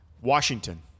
Washington